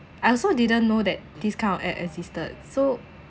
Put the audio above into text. I also didn't know that these kind of app existed so